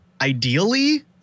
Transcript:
ideally